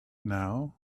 now